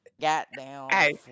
goddamn